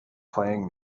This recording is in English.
playing